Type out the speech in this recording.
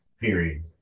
period